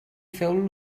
feu